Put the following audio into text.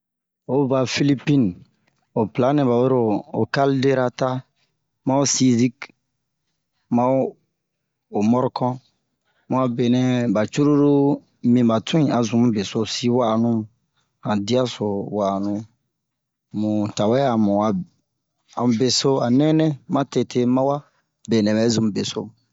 o va Filipine ho pla nɛ ɓa wero ho kalderata ma ho sizik ma ho ho mɔrkon mu a benɛ ɓa curulu mi ɓa tu'in a zun mu besosi wa'anu han diya so wa'anu mu tawɛ amu a amu beso nɛnɛ ma tete mawa ɓenɛ ɓɛ zunmu beso